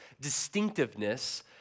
distinctiveness